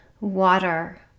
water